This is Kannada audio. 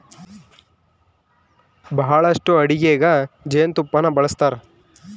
ಬಹಳಷ್ಟು ಅಡಿಗೆಗ ಜೇನುತುಪ್ಪನ್ನ ಬಳಸ್ತಾರ